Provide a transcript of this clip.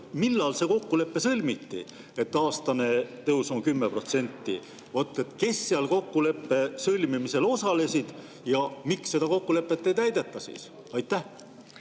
millal see kokkulepe sõlmiti, et aastane tõus on 10%? Kes kokkuleppe sõlmimisel osalesid? Ja miks seda kokkulepet ei täideta? Aitäh!